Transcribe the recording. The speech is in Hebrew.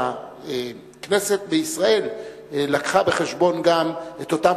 והכנסת בישראל לקחה בחשבון גם את אותם